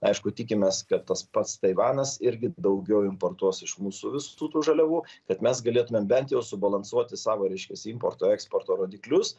aišku tikimės kad tas pats taivanas irgi daugiau importuos iš mūsų visų tų žaliavų kad mes galėtumėm bent jau subalansuoti savo reiškiasi importo eksporto rodiklius